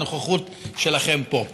על הנוכחות שלכם פה.